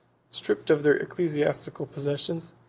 stripped of their ecclesiastical possessions,